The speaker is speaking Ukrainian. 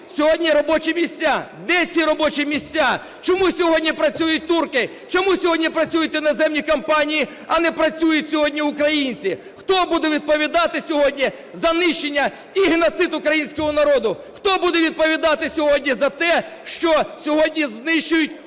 сьогодні робочі місця. Де ці робочі місця? Чому сьогодні працюють турки? Чому сьогодні працюють іноземні компанії, а не працюють сьогодні українці? Хто буде відповідати сьогодні за нищення і геноцид українського народу? Хто буде відповідати сьогодні за те, що сьогодні знищують